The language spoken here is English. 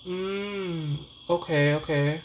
mm okay okay